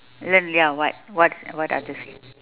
learn ya what what what other s~